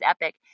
epic